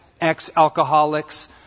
ex-alcoholics